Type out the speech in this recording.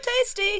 tasty